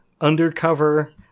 undercover